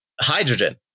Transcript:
hydrogen